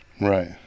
right